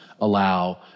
allow